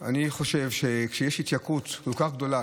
אני חושב שכשיש התייקרות כל כך גדולה,